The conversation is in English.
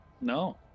no